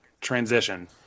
transition